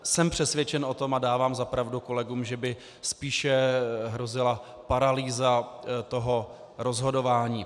Jsem přesvědčen o tom a dávám za pravdu kolegům, že by spíše hrozila paralýza toho rozhodování.